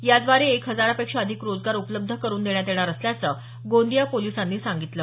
याद्वारे एक हजारपेक्षा अधिक रोजगार उपलब्ध करुन देण्यात येणार असल्याचं गोंदिया पोलिसांनी सांगितलं